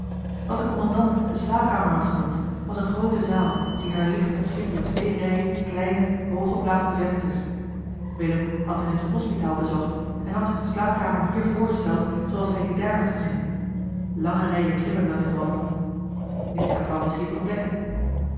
wat de kommandant de slaapkamer had genoemd was eene groote zaal die haar licht ontving door twee rijen kleine hoog geplaatste vensters willem had wel eens een hospitaal bezocht en had zich de slaapkamer hier voorgesteld zooals hij die daar had gezien lange rijen kribben langs de wanden niets daarvan was hier te ontdekken